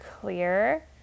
clear